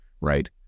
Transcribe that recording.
Right